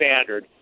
standard